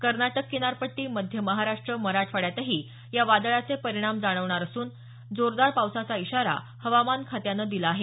कर्नाटक किनारपट्टी मध्य महाराष्ट्र मराठवाड्यातही या वादळाचे परिणाम जाणवणार असून जोरदार पावसाचा इशारा हवामान खात्यानं दिला आहे